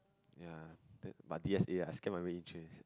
ya but D_S_A lah I scared my